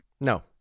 No